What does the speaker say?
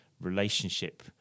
relationship